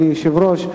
אדוני היושב-ראש,